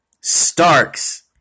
Starks